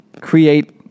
create